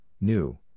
New